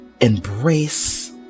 embrace